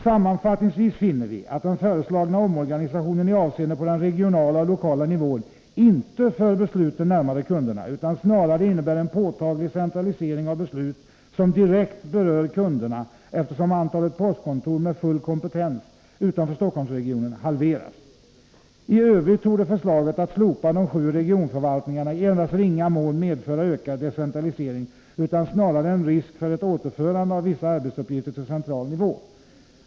Sammanfattningsvis finner vi att den föreslagna omorganisationen på den regionala och lokala nivån inte för besluten närmare kunderna utan snarare innebär en påtaglig centralisering av beslut som direkt berör kunderna, eftersom antalet postkontor med full kompetens utanför Stockholmsregionen halveras. I övrigt torde förslaget att slopa de sju regionförvaltningarna i endast ringa mån medföra ökad decentralisering. Det innebär snarare en risk för ett återförande av vissa arbetsuppgifter till central nivå.